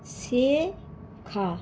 শেখা